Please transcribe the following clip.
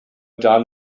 dan